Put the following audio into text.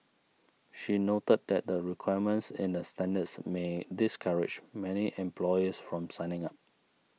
she noted that the requirements in the standards may discourage many employers from signing up